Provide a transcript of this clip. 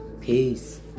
Peace